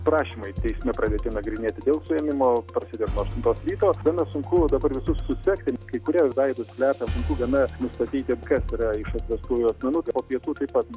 prašymai teisme pradėti nagrinėti dėl suėmimo praside nuo aštuntos ryto gana sunku dabar visus susekti kai kurie veidus slepia sunku gana nustatyti kas yra iš atvestųjų asmenų po pietų taip pat